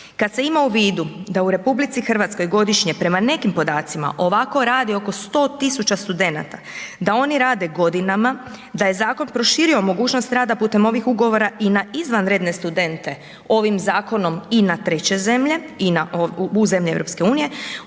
Kad se ima u vidu da u RH godišnje prema nekim podacima ovako radi oko 100 000 studenata, da oni rade godinama, da je zakon proširio mogućnost rada putem ovih ugovora i na izvanredne studente, ovim zakonom i na treće zemlje i na, u zemlje EU